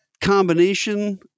combination